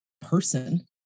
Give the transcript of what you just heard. person